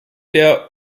der